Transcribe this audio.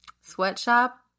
sweatshop